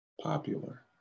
popular